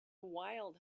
wild